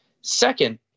Second